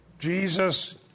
Jesus